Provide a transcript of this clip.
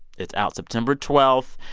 it's out september twelve.